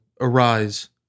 arise